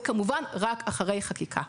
וכמובן רק אחרי חקיקה.